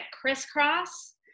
crisscross